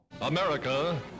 America